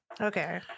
okay